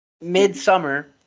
Midsummer